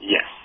Yes